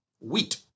wheat